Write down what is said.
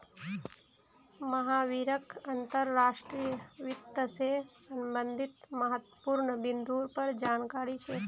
महावीरक अंतर्राष्ट्रीय वित्त से संबंधित महत्वपूर्ण बिन्दुर पर जानकारी छे